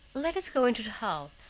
let us go into the hall,